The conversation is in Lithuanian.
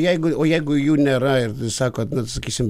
jeigu o jeigu jų nėra ir sakot na sakysim